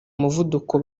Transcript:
umuvuduko